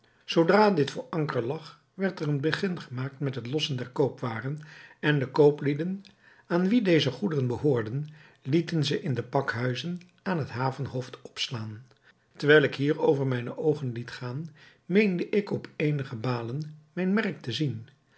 zoodra dit voor anker lag werd er een begin gemaakt met het lossen der koopwaren en de kooplieden aan wie deze goederen behoorden lieten ze in de pakhuizen aan het havenhoofd opslaan terwijl ik hierover mijne oogen liet gaan meende ik op eenige balen mijn merk te zien